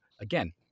again